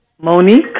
Monique